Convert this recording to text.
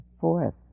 fourth